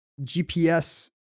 GPS